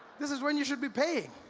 this is when you should be paying.